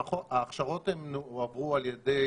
ההכשרות הועברו על ידי